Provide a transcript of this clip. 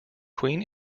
queen